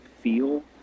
feel